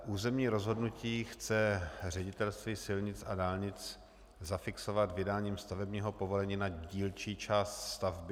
Územní rozhodnutí chce Ředitelství silnic a dálnic zafixovat vydáním stavebního povolení na dílčí část stavby.